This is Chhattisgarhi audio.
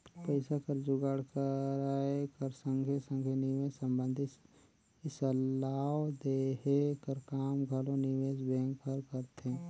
पइसा कर जुगाड़ कराए कर संघे संघे निवेस संबंधी सलाव देहे कर काम घलो निवेस बेंक हर करथे